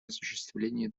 осуществлении